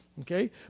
okay